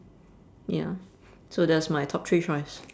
ya so that's my top three choice